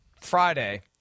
Friday